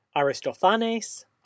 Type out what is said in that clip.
Aristophanes